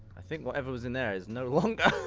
i think whatever was in there is no longer!